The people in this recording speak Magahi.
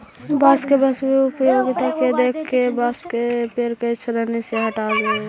बाँस के व्यावसायिक उपयोगिता के देख के बाँस के पेड़ के श्रेणी से हँटा देले गेल हइ